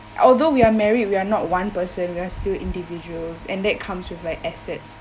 although we are married we are not one person we're still individuals and that comes with like assets